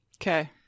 Okay